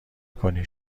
کنی